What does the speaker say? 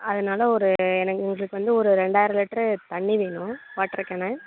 அதனால் ஒரு எங்களுக்கு வந்து ஒரு ரெண்டாயிரம் லிட்டரு தண்ணி வேணும் வாட்ரு கேனு